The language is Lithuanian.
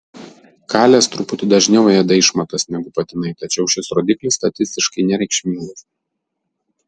kalės truputį dažniau ėda išmatas negu patinai tačiau šis rodiklis statistiškai nereikšmingas